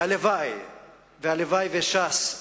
הלוואי שש"ס,